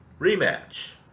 rematch